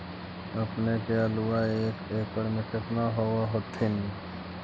अपने के आलुआ एक एकड़ मे कितना होब होत्थिन?